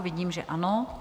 Vidím, že ano.